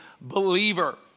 believer